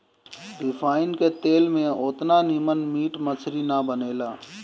refine के तेल में ओतना निमन मीट मछरी ना बनेला